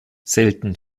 selten